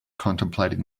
contemplating